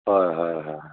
হয় হয় হয়